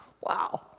wow